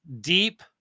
deep